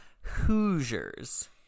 Hoosiers